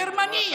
גרמני,